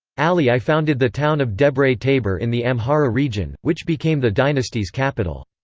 ali i founded the town of debre tabor in the amhara region, which became the dynasty's capital.